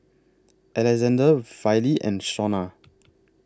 Alexande Wylie and Shona